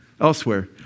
Elsewhere